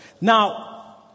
Now